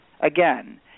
again